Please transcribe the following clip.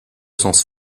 sens